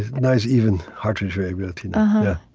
nice, even heart rate variability now